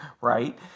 right